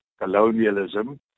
colonialism